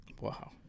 Wow